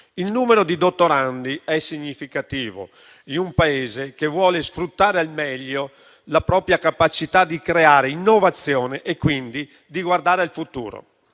Il numero di dottorandi è significativo per un Paese che vuole sfruttare al meglio la propria capacità di creare innovazione e quindi di guardare al futuro.